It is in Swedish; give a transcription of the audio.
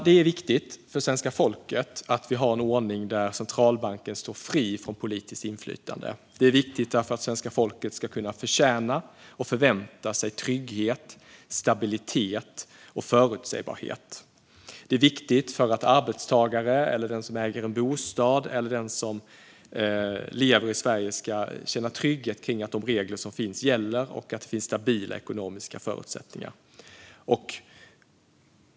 Det är viktigt för svenska folket att vi har en ordning där centralbanken står fri från politiskt inflytande. Det är viktigt därför att svenska folket ska kunna förtjäna och förvänta sig trygghet, stabilitet och förutsägbarhet. Det är viktigt för att arbetstagare, den som äger en bostad eller den som lever i Sverige ska känna trygghet kring att de regler som finns gäller och att det finns stabila ekonomiska förutsättningar.